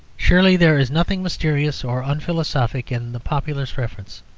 surely there is nothing mysterious or unphilosophic in the popular preference.